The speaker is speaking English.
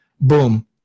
Boom